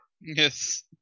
Yes